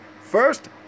First